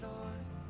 Lord